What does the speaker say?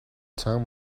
time